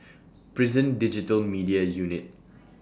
Prison Digital Media Unit